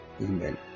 Amen